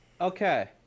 Okay